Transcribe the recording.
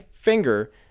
finger